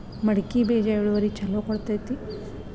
ಮಡಕಿ ಬೇಜ ಇಳುವರಿ ಛಲೋ ಕೊಡ್ತೆತಿ?